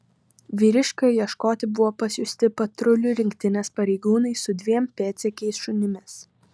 vyriškio ieškoti buvo pasiųsti patrulių rinktinės pareigūnai su dviem pėdsekiais šunimis